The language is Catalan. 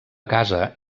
casa